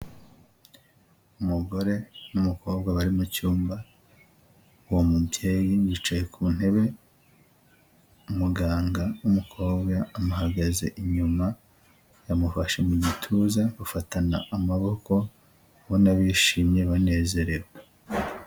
Umugore n'umukobwa bari mu cyumba, uwo mubyeyi yicaye ku ntebe, umuganga w'umukobwa amuhagaze inyuma, yamufashe mu gituza, bafatana amaboko, ubona bishimye banezerewe.